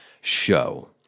show